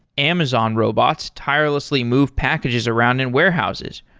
amazon robots tirelessly move packages around in warehouses,